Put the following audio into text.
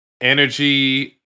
energy